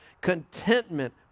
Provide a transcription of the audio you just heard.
Contentment